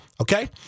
Okay